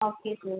okay sir